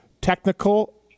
technical